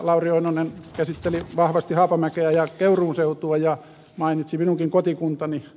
lauri oinonen käsitteli vahvasti haapamäkeä ja keuruun seutua ja mainitsi minunkin kotikuntani